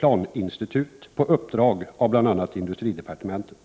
planinstitut, på uppdrag av bl.a. industridepartementet.